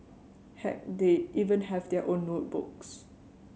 heck they even have their own notebooks